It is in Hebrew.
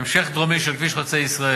המשך דרומי של כביש חוצה-ישראל,